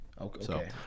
Okay